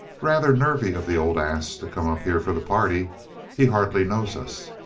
rather nervy of the old ass to come up here for the party he hardly knows us.